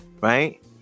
right